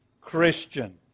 Christian